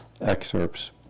excerpts